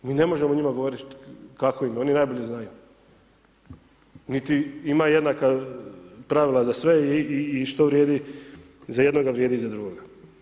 Mi ne možemo njima govoriti kako im je, oni najbolje znaju, niti ima jednaka pravila za sve i što vrijedi za jednoga, vrijedi za drugoga.